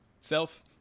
self